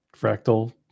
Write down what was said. fractal